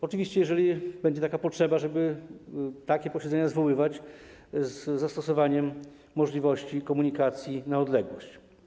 Oczywiście jeżeli będzie potrzeba, żeby posiedzenia zwoływać z zastosowaniem możliwości komunikacji na odległość.